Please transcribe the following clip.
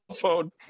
phone